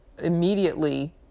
immediately